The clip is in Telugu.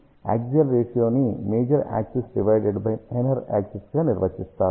కాబట్టి యాక్సియల్ రేషియో ని major axis divided by minor axis గా నిర్వచిస్తారు